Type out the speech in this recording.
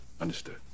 Understood